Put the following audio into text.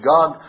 God